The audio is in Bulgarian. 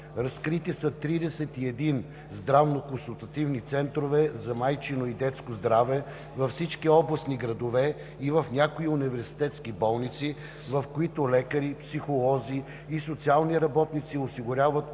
разкрити са 31 здравно-консултативни центрове за майчиното и детско здраве във всички областни градове и в някои университетски болници, в които лекари, психолози и социални работници осигуряват